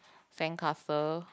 sandcastle